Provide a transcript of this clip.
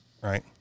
right